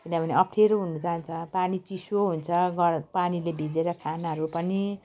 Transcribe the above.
किनभने अप्ठ्यारो हुन्छ अन्त पानी चिसो हुन्छ पामीले भिजेर खानाहरू पनि